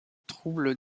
trouble